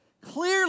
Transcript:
clearly